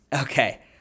Okay